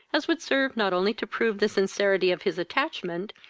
as would serve not only to prove the sincerity of his attachment,